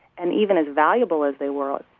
and even as valuable as they were,